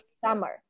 summer